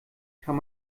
kann